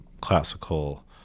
classical